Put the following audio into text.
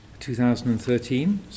2013